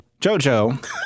JoJo